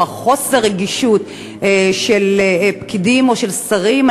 או חוסר הרגישות של פקידים או של שרים,